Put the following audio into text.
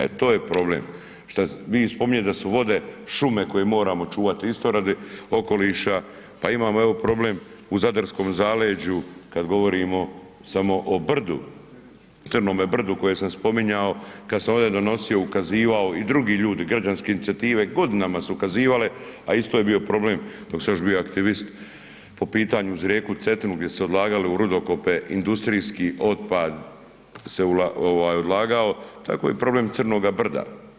E to je problem, šta vi spominjete da su vode šume koje moramo čuvati isto radi okoliša pa imamo evo problem u Zadarskom zaleđu kad govorimo samo o brdu Crnome brdu koje sam spominjao kad sam ovdje donosio, ukazivao i drugi ljudi, građanske inicijative godinama su ukazivale, a isto je bio problem dok sam još bio aktivist po pitanju uz rijeku Cetinu gdje su se odlagale u rudokope industrijski otpad se ovaj odlagao tako je i problem Crnoga brda.